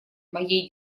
моей